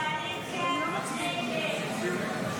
לא נתקבלה.